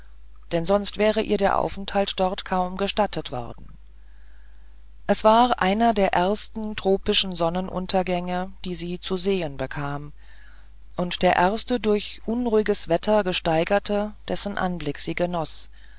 denn sonst wäre ihr der aufenthalt dort kaum gestattet worden es war einer der ersten tropischen sonnenuntergänge die sie zu sehen bekam und der erste durch unruhiges wetter gesteigerte dessen anblick sie genoß